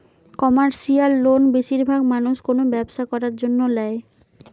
commercial loan বেশিরভাগ মানুষ কোনো ব্যবসা করার জন্য ল্যায়